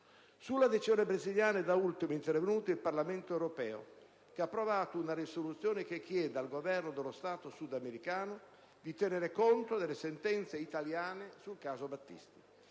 Sulla decisione brasiliana è da ultimo intervenuto il Parlamento europeo, che ha approvato una risoluzione che chiede al Governo dello Stato sudamericano di tenere conto delle sentenze italiane sul caso Battisti.